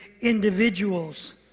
individuals